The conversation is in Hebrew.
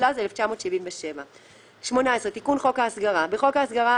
התשל"ז 1977". תיקון חוק ההסגרה 18. בחוק ההסגרה,